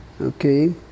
Okay